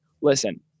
Listen